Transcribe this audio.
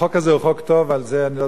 ועל זה אני לא צריך להאריך בדיבורים.